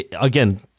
again